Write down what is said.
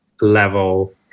level